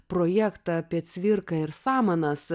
projektą apie cvirką ir samanas